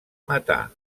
matar